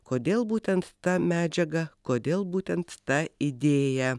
kodėl būtent ta medžiaga kodėl būtent ta idėja